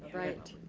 right.